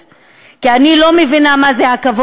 אז אני לא מבינה מה זה שקיפות,